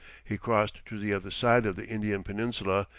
he crossed to the other side of the indian peninsula,